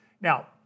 Now